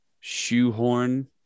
shoehorn